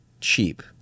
cheap